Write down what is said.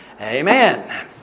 Amen